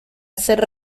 hacer